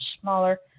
smaller